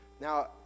Now